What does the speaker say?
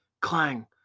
clang